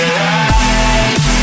Alive